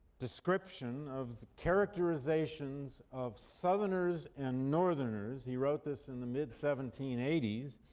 description of characterizations of southerners and northerners. he wrote this in the mid seventeen eighty s.